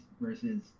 versus